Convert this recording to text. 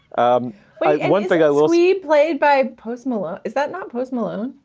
um one thing i will be played by post miller. is that not post maloon?